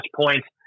points